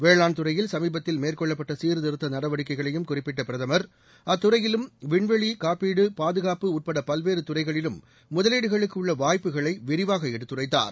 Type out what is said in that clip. வேளாண் துறையில் சமீபத்தில் மேற்கொள்ளப்பட்ட சீர்திருத்த நடவடிக்கைகளையும் குறிப்பிட்ட பிரதமர் அத்துறையிலும் விண்வெளி காப்பீடு பாதுகாப்பு உட்பட பல்வேறு துறைகளிலும் முதலீடுகளுக்கு உள்ள வாய்ப்புகளை விரிவாக எடுத்துரைத்தார்